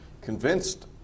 convinced